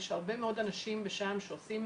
יש הרבה מאוד אנשים בשע"ם שעושים